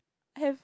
have